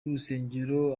rusengero